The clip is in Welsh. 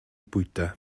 bwyta